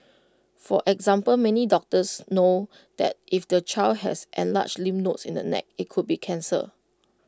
for example many doctors know that if the child has enlarged lymph nodes in the neck IT could be cancer